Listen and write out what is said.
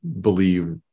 believe